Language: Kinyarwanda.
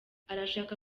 arashaka